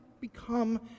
become